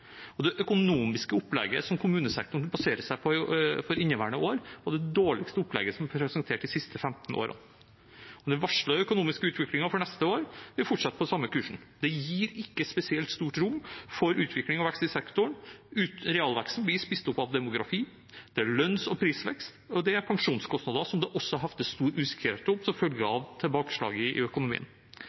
Det økonomiske opplegget som kommunesektoren baserer seg på for inneværende år, var det dårligste opplegget som har vært presentert de siste 15 årene. Den varslede økonomiske utviklingen for neste år vil fortsette på samme kursen. Det gir ikke spesielt stort rom for utvikling og vekst i sektoren. Realveksten blir spist opp av demografi, det er lønns- og prisvekst, og det er pensjonskostnader, som det også hefter stor usikkerhet ved som følge av tilbakeslaget i økonomien.